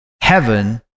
heaven